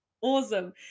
awesome